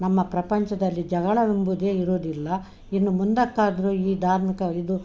ನಮ್ಮ ಪ್ರಪಂಚದಲ್ಲಿ ಜಗಳವೆಂಬುದೇ ಇರುವುದಿಲ್ಲ ಇನ್ನು ಮುಂದಕ್ಕಾದರೂ ಈ ಧಾರ್ಮಿಕ ಇದು